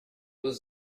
was